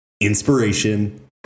Inspiration